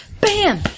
Bam